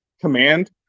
command